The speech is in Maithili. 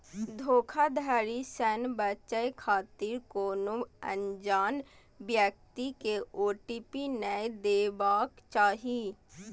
धोखाधड़ी सं बचै खातिर कोनो अनजान व्यक्ति कें ओ.टी.पी नै देबाक चाही